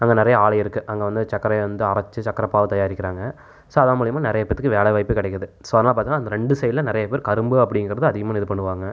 அங்கே நிறையா ஆலை இருக்குது அங்கே வந்து சக்கரையை வந்து அரைச்சி சக்கரப்பாகு தயாரிக்கிறாங்கள் ஸோ அதன் மூலயமா நிறையா பேர்த்துக்கு வேலைவாய்ப்பு கிடைக்கிது ஸோ அதனால் பார்த்திங்கனா அந்த ரெண்டு சைட்ல நிறையா பேர் கரும்பு அப்படிங்கிறத அதிகமாக இது பண்ணுவாங்கள்